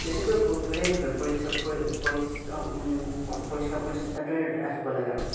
বেছিকৈ সেই পৰিষ্কাৰ পৰিচ্ছন্নতাটোৱে ৰাখিব লাগে আৰু